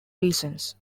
reasons